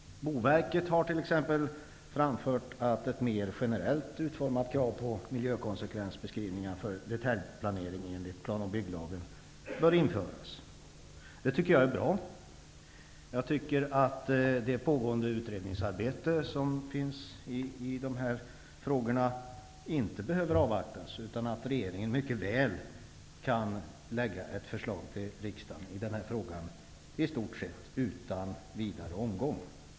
Boverket har t.ex. framfört att ett mer generellt utformat krav på miljökonsekvensbeskrivningar för detaljplanering enligt plan och bygglagen bör införas. Det tycker jag är bra. Jag tycker att det pågående utredningsarbetet i dessa frågor inte behöver avvaktas, utan att regeringen mycket väl kan lägga fram ett förslag till riksdagen i denna fråga i stort sett utan vidare omgång.